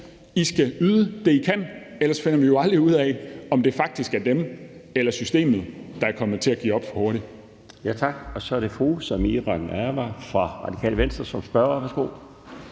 I skal yde det, I kan. Ellers finder vi jo aldrig ud af, om det faktisk er dem eller systemet, der har givet op for hurtigt.